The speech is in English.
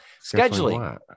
Scheduling